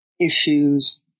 issues